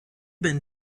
been